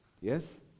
Yes